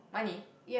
money